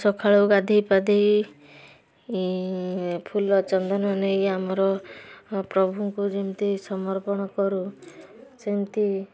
ସକାଳୁ ଗାଧୋଇ ପାଧୋଇ ଫୁଲ ଚନ୍ଦନ ନେଇ ଆମର ପ୍ରଭୁଙ୍କୁ ଯେମିତି ସମର୍ପଣ କରୁ ସେମିତି